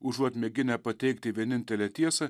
užuot mėginę pateikti vienintelę tiesą